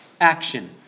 action